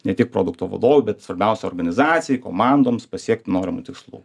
ne tik produkto vadovui bet svarbiausia organizacijai komandoms pasiekt norimų tikslų